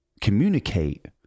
communicate